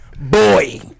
boy